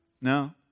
No